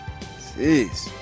Jeez